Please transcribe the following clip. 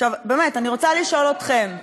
עכשיו, באמת, אני רוצה לשאול אתכם,